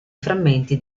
frammenti